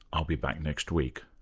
i'll be back next week